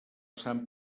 sant